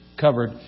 covered